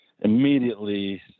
immediately